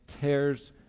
tears